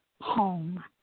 home